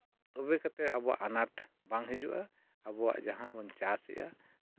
ᱛᱚᱵᱮ ᱠᱟᱛᱮᱫ ᱟᱵᱚᱣᱟᱜ ᱟᱱᱟᱴ ᱵᱟᱝ ᱦᱤᱡᱩᱜᱼᱟ ᱵᱚᱣᱟᱜ ᱡᱟᱦᱟᱸ ᱵᱚᱱ ᱪᱟᱥᱮᱜᱼᱟ